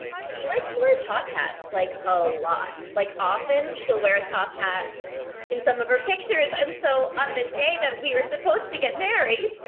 she likes to wear top hats, like, a lot. like, often, she'll wear a top hat in some of her pictures. and so, on the day that we were supposed to get married,